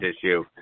issue